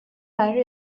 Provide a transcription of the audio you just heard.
برای